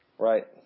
Right